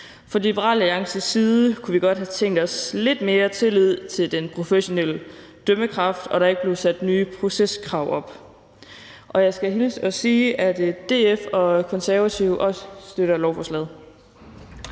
Fra Liberal Alliances side kunne vi godt have tænkt os lidt mere tillid til den professionelle dømmekraft, og at der ikke blev sat nye proceskrav op. Jeg skal hilse og sige, at DF og Konservative også støtter lovforslaget.